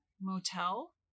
Motel